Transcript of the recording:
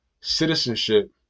citizenship